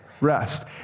rest